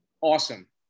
Awesome